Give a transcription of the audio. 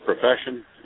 profession